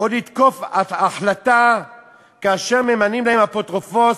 או לתקוף החלטה כאשר ממנים להם אפוטרופוס,